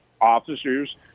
officers